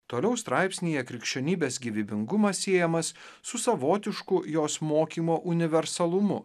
toliau straipsnyje krikščionybės gyvybingumas siejamas su savotišku jos mokymo universalumu